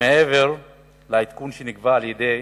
מעבר לעדכון שנקבע על-ידי